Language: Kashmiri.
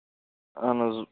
اَہَن حظ